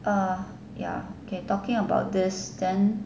uh ya we talking about this then